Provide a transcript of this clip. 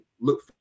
look